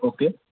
okay